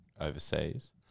overseas